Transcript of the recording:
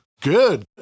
Good